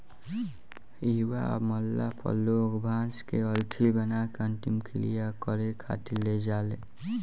इहवा मरला पर लोग बांस के अरथी बना के अंतिम क्रिया करें खातिर ले जाले